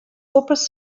copes